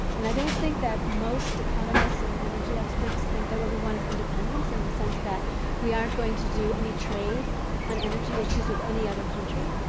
and i don't think that most economists and energy experts think that what we want is independence in the sense that we aren't going to do any trade on energy issues with any other country.